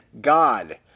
God